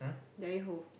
die